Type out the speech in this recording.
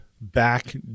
back